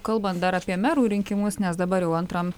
kalbant dar apie merų rinkimus nes dabar jau antram